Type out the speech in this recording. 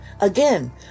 Again